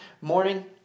morning